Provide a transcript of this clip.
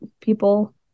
people